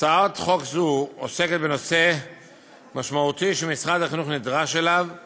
הצעת החוק התקבלה בקריאה טרומית ותועבר לוועדת החוקה,